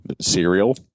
Cereal